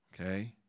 Okay